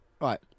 Right